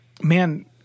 man